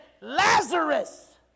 Lazarus